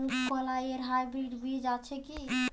মুগকলাই এর হাইব্রিড বীজ আছে কি?